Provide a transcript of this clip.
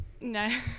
no